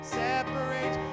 separate